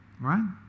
right